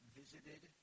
visited